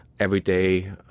everyday